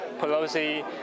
Pelosi